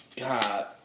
God